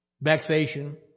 vexation